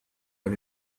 but